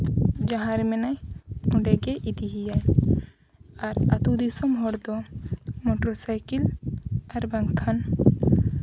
ᱡᱟᱦᱟᱸᱨᱮ ᱢᱮᱱᱟᱭ ᱚᱸᱰᱮ ᱜᱮ ᱤᱫᱤᱭᱮᱭᱟᱭ ᱟ ᱟᱛᱳ ᱫᱤᱥᱚᱢ ᱦᱚᱲ ᱫᱚ ᱢᱚᱴᱚᱨ ᱥᱟᱭᱠᱮᱞ ᱟᱨ ᱵᱟᱝᱠᱷᱟᱱ